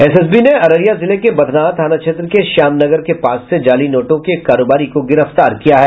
SSB ने अररिया जिले के बथनाहा थाना क्षेत्र के श्यामनगर के पास से जाली नोटों के एक कारोबारी को गिरफ्तार किया है